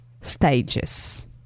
stages